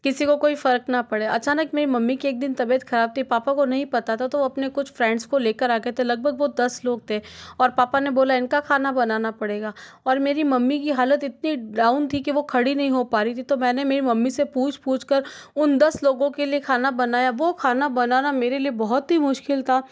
किसी को कोई फर्क ना पड़े अचानक मेरी मम्मी के एक दिन तबीयत खराब थी पापा को नहीं पता था तो अपने कुछ फ्रेंडस को लेकर आ गए थे लगभग वो दस लोग थे और पापा ने बोला इनका खाना बनाना पड़ेगा और मेरी मम्मी की हालत इतनी डाउन थी कि वह खड़ी नहीं हो पा रही थी तो मैंने मेरी मम्मी से पूछ पूछ कर उन दस लोगों के लिए खाना बनाया वह खाना बनाना मेरे लिए बहुत ही मुश्किल था